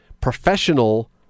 professional